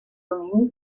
domini